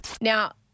Now